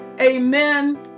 amen